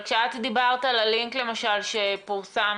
התשובה תהיה שלילית אז ממילא הם חוזרים,